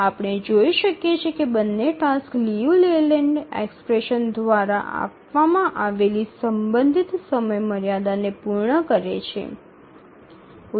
આપણે જોઈ શકીએ છીએ કે બંને ટાસક્સ લિયુ લેલેન્ડ એક્સપ્રેશન દ્વારા આપવામાં આવેલી સંબંધિત સમયમર્યાદાને પૂર્ણ કરે છે